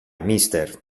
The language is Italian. mister